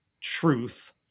truth